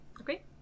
Okay